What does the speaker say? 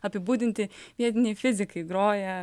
apibūdinti vietiniai fizikai groja